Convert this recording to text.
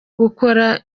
gukora